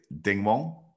Dingwong